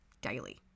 daily